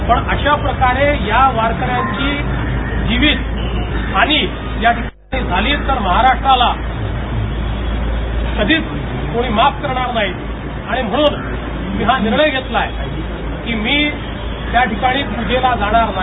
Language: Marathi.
पण अशाप्रकारे या वारकऱ्यांची जीवितहानी या ठिकाणी झाली तर महाराष्ट्राला कधीच कोणी माफ करणार नाही आणि म्हणून मी हा निर्णय घेतलाय की मी त्या ठिकाणी पुजेला जाणार नाही